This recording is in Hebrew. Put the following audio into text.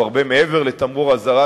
שהוא הרבה מעבר לתמרור אזהרה,